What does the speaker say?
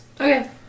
Okay